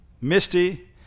Misty